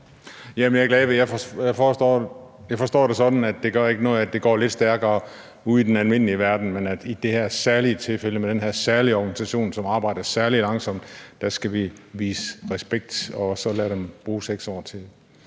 det ikke gør noget, at det går lidt stærkere ude i den almindelige verden, men at vi i det her særlige tilfælde med den her særlige organisation, som arbejder særlig langsomt, skal vise respekt og så lade dem bruge 6 år til. Det